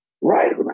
right